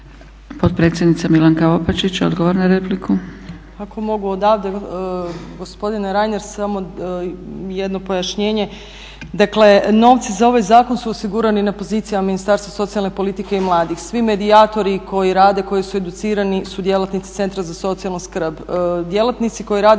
Potpredsjednica Milanka Opačić, odgovor na repliku. **Opačić, Milanka (SDP)** Ako mogu odavde, gospodine Reiner samo jedno pojašnjenje, dakle novci za ovaj zakon su osigurani na pozicijama Ministarstva socijalne politike i mladih. Svi medijatori koji rade i koji su educirani su djelatnici Centra za socijalnu skrb. Djelatnici koji rade